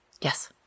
Yes